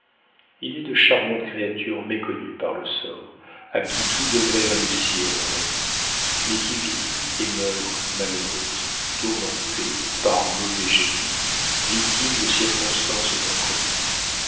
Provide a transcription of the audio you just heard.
il est de charmantes créatures méconnues par le sort à qui tout devrait réussir dans la vie mais qui vivent et meurent malheureuses tourmentées par un mauvais génie victimes de circonstances imprévues